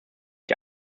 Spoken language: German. die